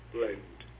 Blend